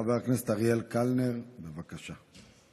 חבר הכנסת אריאל קלנר, בבקשה.